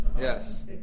Yes